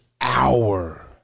hour